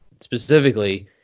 specifically